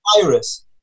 virus